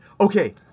Okay